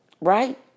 Right